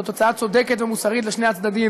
ולתוצאה צודקת ומוסרית לשני הצדדים,